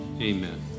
Amen